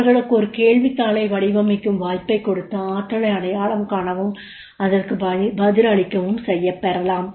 அவர்களுக்கு ஒரு கேள்வித்தாளை வடிவமைக்கும் வாய்ப்பை கொடுத்து ஆற்றலை அடையாளம் காணவும் அதற்கு பதிலளிக்கவும் செய்யப் பெறலாம்